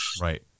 Right